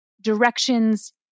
directions